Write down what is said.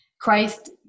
Christ